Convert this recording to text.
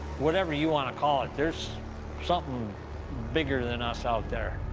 whatever you want to call it, there's something bigger than us out there,